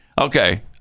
Okay